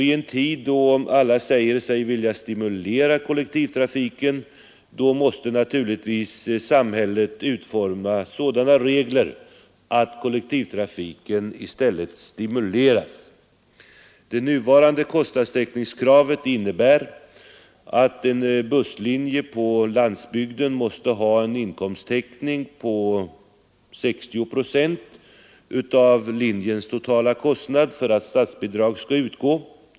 I en tid då alla säger sig vilja stimulera kollektivtrafiken måste naturligtvis samhället utforma regler som gynnar kollektivtrafiken. Det nuvarande kostnadstäckningskravet innebär att en busslinje på landsbygden måste ha en inkomsttäckning på 60 procent av linjens totala kostnad för att statsbidrag skall utgå.